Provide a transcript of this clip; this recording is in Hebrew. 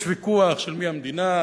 יש ויכוח של מי המדינה,